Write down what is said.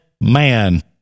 man